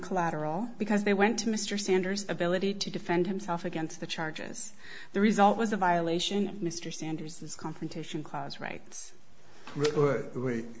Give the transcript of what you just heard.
collateral because they went to mr sanders ability to defend himself against the charges the result was a violation mr sanders this confrontation clause rights record we were